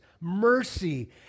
mercy